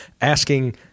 asking